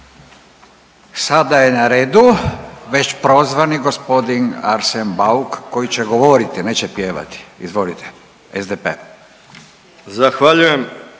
Sada je na redu već prozvani g. Arsen Bauk koji će govoriti, neće pjevati, izvolite, SDP. **Bauk,